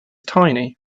tiny